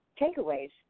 takeaways